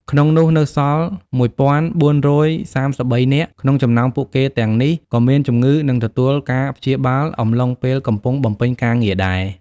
ក្នុងនោះ នៅសល់១៤៣៣នាក់ក្នុងចំនោមពួកគេទាំងនេះក៏មានជំងឺនឹងទទួលការព្យាបាល អំឡុងពេលកំពុងបំពេញការងារដែរ។